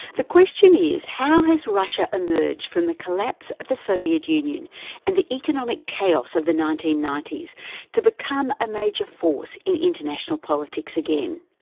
the question is, how has russia emerged from the collapse of the soviet union and the economic chaos of the nineteen ninety s to become a major force in international politics again?